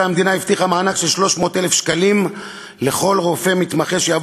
בשנת 2011 המדינה הבטיחה מענק של 300,000 שקלים לכל רופא מתמחה שיעבור